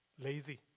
lazy